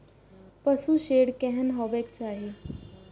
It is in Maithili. पशु शेड केहन हेबाक चाही?